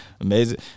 amazing